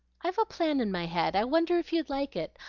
i've a plan in my head. i wonder if you'd like it?